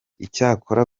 icyakora